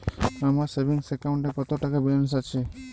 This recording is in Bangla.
আমার সেভিংস অ্যাকাউন্টে কত টাকা ব্যালেন্স আছে?